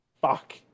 Fuck